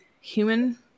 human